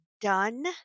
done